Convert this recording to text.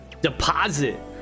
deposit